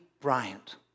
Bryant